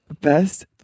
Best